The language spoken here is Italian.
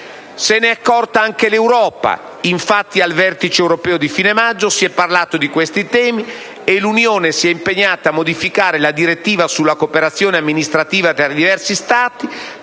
Se n'è accorta anche l'Europa; infatti, al Vertice europeo di fine maggio si è parlato di questi temi e l'Unione si è impegnata a modificare la direttiva sulla cooperazione amministrativa tra diversi Stati